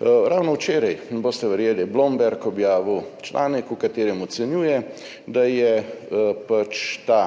Ravno včeraj, ne boste verjeli, je Bloomberg objavil članek, v katerem ocenjuje, da je pač ta